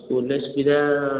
ସ୍କୁଲ୍ରେ ସୁବିଧା